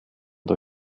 der